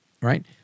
right